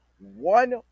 one